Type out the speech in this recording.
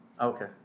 Okay